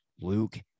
luke